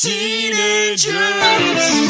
Teenagers